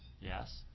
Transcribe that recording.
yes